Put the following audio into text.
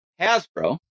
Hasbro